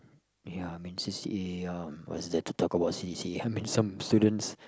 ya I mean c_c_a um what's there to talk about c_c_a I mean some students